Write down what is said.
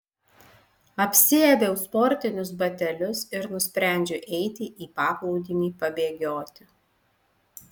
apsiaviau sportinius batelius ir nusprendžiau eiti į paplūdimį pabėgioti